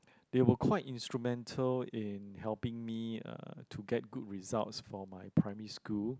they were quite instrumental in helping me uh to get good result for my primary school